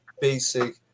basic